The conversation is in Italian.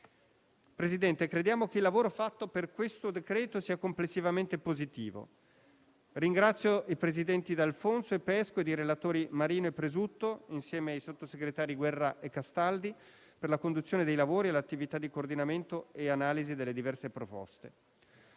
Presidente, crediamo che il lavoro fatto per questo decreto sia complessivamente positivo. Ringrazio i presidenti D'Alfonso e Pesco, i relatori Marino e Presutto, insieme ai sottosegretari Guerra e Castaldi, per la conduzione dei lavori e l'attività di coordinamento e analisi delle diverse proposte.